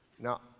Now